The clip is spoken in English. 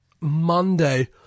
Monday